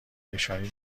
نشانی